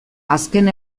azken